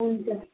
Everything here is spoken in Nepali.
हुन्छ